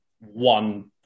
one